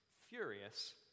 Furious